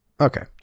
Okay